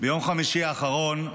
ביום חמישי האחרון,